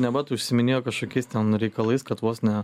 neva tai užsiiminėjo kažkokiais ten reikalais kad vos ne